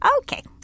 Okay